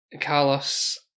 Carlos